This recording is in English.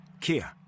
Kia